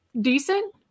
decent